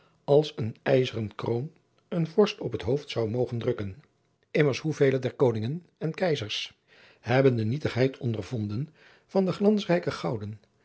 als eene ijzeren kroon een vorst op het hoofd zou mogen drukken immers hoevele der koningen en keizers hebben de nietigheid ondervonden van de glansrijkste gouden